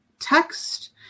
text